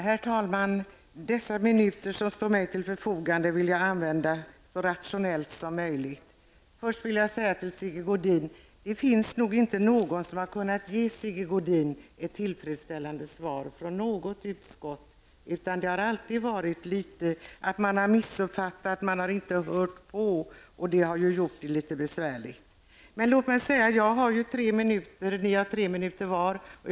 Herr talman! Jag vill utnyttja dessa minuter som står till mitt förfogande så rationellt som möjligt. Jag vill först säga följande till Sigge Godin: Det finns nog inte någon i något utskott som har kunnat ge Sigge Godin ett tillfredsställande svar. Man har alltid missuppfattat eller inte hört på. Det har ju gjort det litet besvärligt. Jag har tre minuter på mig, och ni har tre minuter var.